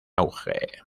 auge